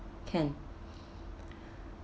can